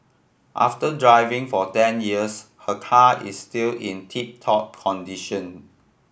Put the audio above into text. after driving for ten years her car is still in tip top condition